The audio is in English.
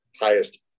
highest